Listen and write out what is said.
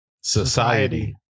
Society